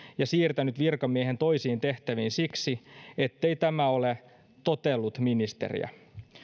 ja siirtänyt virkamiehen toisiin tehtäviin siksi ettei tämä ole totellut ministeriä